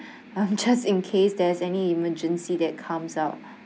um just in case there's any emergency that comes out